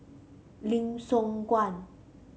Lim Siong Guan